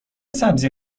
سبزی